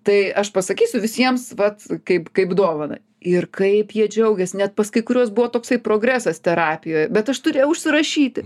tai aš pasakysiu visiems vat kaip kaip dovaną ir kaip jie džiaugėsi net pas kai kuriuos buvo toksai progresas terapijoj bet aš turėjau užsirašyti